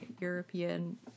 European